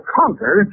conquer